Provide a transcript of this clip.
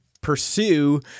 pursue